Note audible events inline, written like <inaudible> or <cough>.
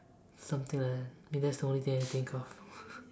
something like that I mean that's the only thing I can think of <laughs>